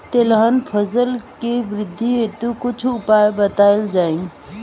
तिलहन फसल के वृद्धी हेतु कुछ उपाय बताई जाई?